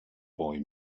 boy